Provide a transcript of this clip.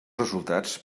resultats